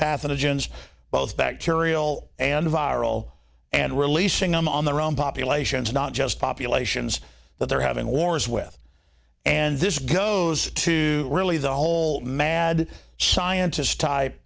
pathogens both bacterial and viral and releasing them on their own populations not just populations that they're having wars with and this goes to really the whole mad scientist type